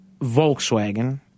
Volkswagen